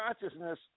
consciousness